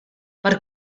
per